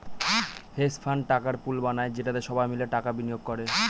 hedge fund টাকার pool বানায় যেটাতে সবাই মিলে টাকা বিনিয়োগ করে